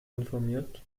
informiert